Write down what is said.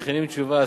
מכינים תשובה,